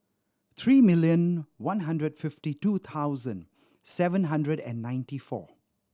three million one hundred fifty two thousand seven hundred and ninety four